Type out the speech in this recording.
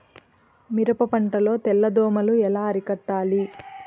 మిరప పంట లో తెల్ల దోమలు ఎలా అరికట్టాలి?